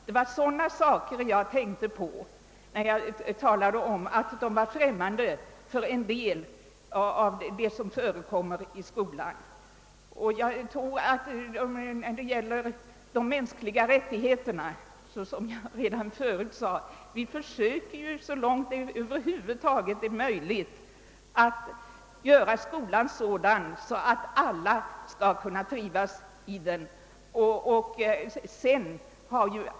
Det var sådana saker som jag tänkte på när jag talade om att vissa människor är främmande för en del av det som förekommer i skolan. Som jag redan förut sade försöker vi så långt det över huvud taget är möjligt att göra skolan sådan att alla skall kunna trivas i den.